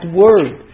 word